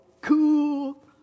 cool